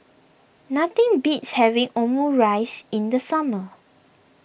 nothing beats having Omurice in the summer